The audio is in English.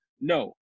no